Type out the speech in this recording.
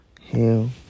Hail